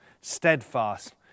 steadfast